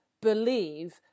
believe –